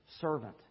servant